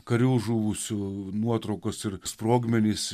karių žuvusių nuotraukos ir sprogmenys